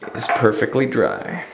is perfectly dry.